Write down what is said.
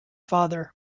father